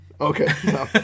Okay